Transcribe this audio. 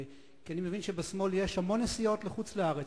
כי אני מבין שבשמאל יש המון נסיעות לחוץ-לארץ,